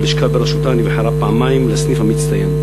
הלשכה בראשותה נבחרה פעמיים לסניף המצטיין.